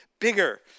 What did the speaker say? bigger